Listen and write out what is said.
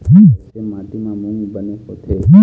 कइसे माटी म मूंग बने होथे?